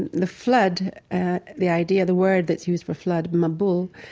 and the flood, the idea, the word that's used for flood, mabul,